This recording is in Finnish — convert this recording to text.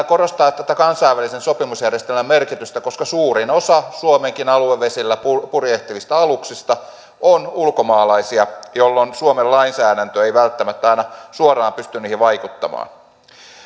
korostaa kansainvälisen sopimusjärjestelmän merkitystä koska suurin osa suomenkin aluevesillä purjehtivista aluksista on ulkomaalaisia jolloin suomen lainsäädäntö ei välttämättä aina suoraan pysty niihin vaikuttamaan